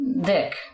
Dick